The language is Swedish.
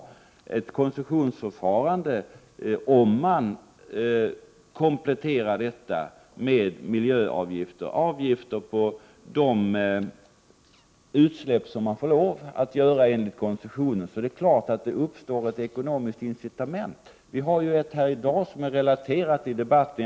Med ett koncessionsförfarande kompletterat med miljöavgifter, avgifter på de utsläpp som man får lov att göra enligt koncessionen, är det uppenbart att det uppstår ett ekonomiskt incitament. Vi har ett sådant fall som är relaterat i debatten i dag.